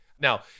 Now